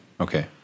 Okay